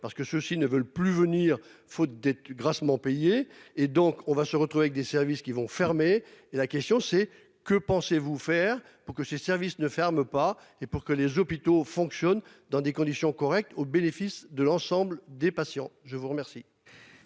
parce que ceux-ci ne veulent plus venir, faute d'être grassement payés et donc on va se retrouver avec des services qui vont fermer et la question c'est, que pensez-vous faire pour que ses services ne ferme pas et pour que les hôpitaux fonctionnent dans des conditions correctes au bénéfice de l'ensemble des patients. Je vous remercie.